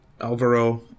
Alvaro